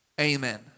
amen